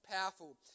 powerful